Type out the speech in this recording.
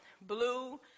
blue